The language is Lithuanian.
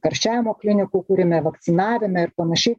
karščiavimo klinikų kūrime vakcinavime ir panašiai